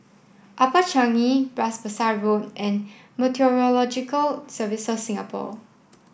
Upper Changi Bras Basah Road and Meteorological Services Singapore